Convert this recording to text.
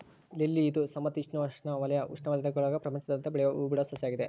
lily ಇದು ಸಮಶೀತೋಷ್ಣ ಮತ್ತು ಉಷ್ಣವಲಯಗುಳಾಗ ಪ್ರಪಂಚಾದ್ಯಂತ ಬೆಳಿಯೋ ಹೂಬಿಡುವ ಸಸ್ಯ ಆಗಿದೆ